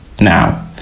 now